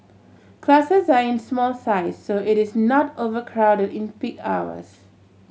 classes are in small size so it is not overcrowd in peak hours